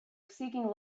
seeking